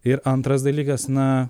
ir antras dalykas na